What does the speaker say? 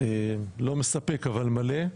לא מספיק אבל מלא.